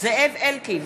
זאב אלקין,